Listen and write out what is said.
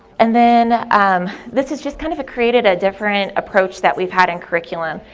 and then um this is just kind of created a different approach that we've had in curriculum,